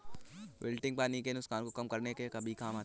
wilting पानी के नुकसान को कम करने का भी काम करता है